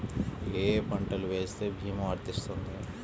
ఏ ఏ పంటలు వేస్తే భీమా వర్తిస్తుంది?